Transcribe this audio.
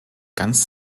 ganz